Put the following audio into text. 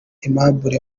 aimable